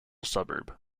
suburb